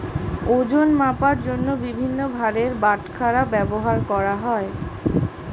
ওজন মাপার জন্য বিভিন্ন ভারের বাটখারা ব্যবহার করা হয়